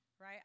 right